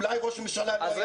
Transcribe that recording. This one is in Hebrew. אולי ראש ממשלה לא היה נרצח.